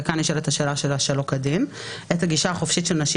וכאן נשאלת השאלה של "שלא כדין" את הגישה החופשית של נשים